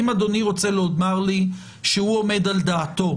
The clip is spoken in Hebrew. אם אדוני רוצה לומר לי שהוא עומד על דעתו,